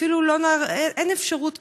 אין אפשרות כזאת.